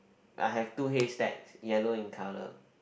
I have two haystacks yellow in colour